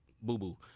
boo-boo